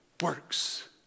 works